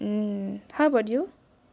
mm how about you